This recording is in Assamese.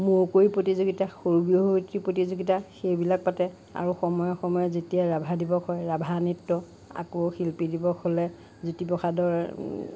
মৌ কুঁৱৰী প্ৰতিযোগিতা সৰু বিহুৱতী প্ৰতিযোগিতা সেইবিলাক পাতে আৰু সময়ে সময়ে যেতিয়া ৰাভা দিৱস হয় ৰাভা নৃত্য আকৌ শিল্পী দিৱস হ'লে জ্যোতিপ্ৰসাদৰ